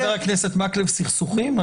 אני